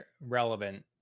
relevant